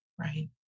Right